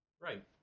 Right